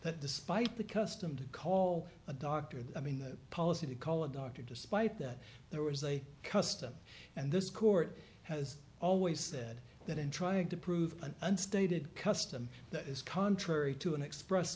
that despite the custom to call a doctor i mean the policy to call a doctor despite that there was a custom and this court has always said that in trying to prove an unstated custom that is contrary to an express